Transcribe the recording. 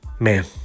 Man